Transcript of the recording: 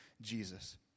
Jesus